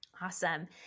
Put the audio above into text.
Awesome